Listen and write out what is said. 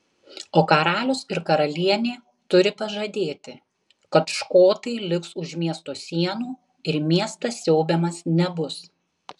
o karalius ir karalienė turi pažadėti kad škotai liks už miesto sienų ir miestas siaubiamas nebus